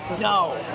No